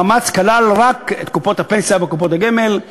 המאמץ כלל רק את קופות הפנסיה וקופות הגמל,